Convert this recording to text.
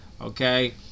Okay